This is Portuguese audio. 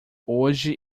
hoje